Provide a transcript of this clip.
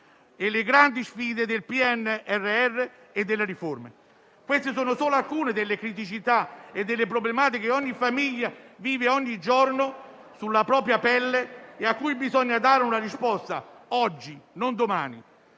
e le grandi sfide del PNRR e delle riforme. Queste sono solo alcune delle criticità e delle problematiche che ogni famiglia vive ogni giorno sulla propria pelle e a cui bisogna dare una risposta oggi, e non domani.